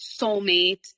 soulmate